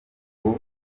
ngo